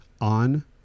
on